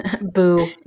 Boo